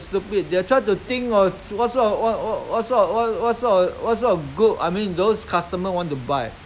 insurance insurance is is they try to push one group of people to to share the I mean to share the load you see